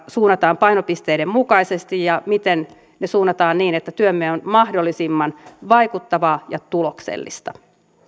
suunnataan painopisteiden mukaisesti ja miten ne suunnataan niin että työmme on mahdollisimman vaikuttavaa ja tuloksellista